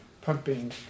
pumping